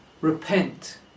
repent